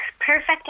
perfect